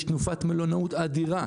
יש בה תנופת מלונאות אדירה,